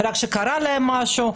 "רק כשקרה להם משהו".